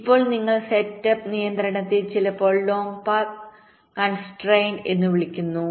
ഇപ്പോൾ നിങ്ങൾ സെറ്റപ്പ് നിയന്ത്രണത്തെ ചിലപ്പോൾ ലോംഗ് പാത്ത് കൺസ്ട്രൈന്റ്എന്ന് വിളിക്കുന്നു